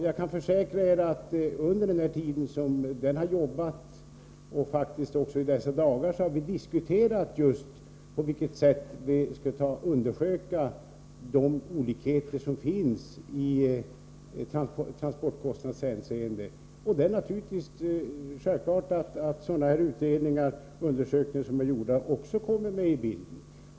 Jag kan försäkra er att vi under den tid som utredningen har arbetat, och faktiskt också i dessa dagar, har diskuterat just på vilket sätt vi skall undersöka de olikheter som finns i transportkostnadshänseende. Det är självklart att sådana utredningar som den som nu är gjord också kommer med i bilden.